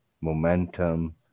momentum